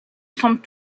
semblent